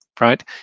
right